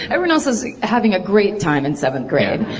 everyone else was having a great time in seventh grade.